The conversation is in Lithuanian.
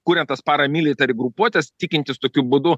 kuriant tas paramilitary grupuotes tikintis tokiu būdu